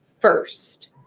first